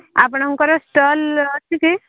ଆପଣଙ୍କର ଷ୍ଟଲ୍ ଅଛି କି